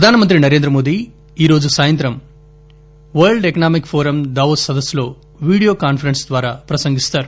ప్రధానమంత్రి నరేంద్రమోదీ ఈ రోజు సాయంత్రం వరల్డ్ ఎకనామిక్ ఫోరం దావోస్ సదస్సులో వీడియో కాన్పరెన్స్ ద్వారా ప్రసంగిస్తారు